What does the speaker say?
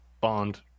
bond